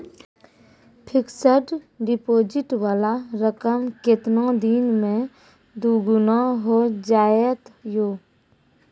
Fixed deposit वाला रकम केतना दिन मे दुगूना हो जाएत यो?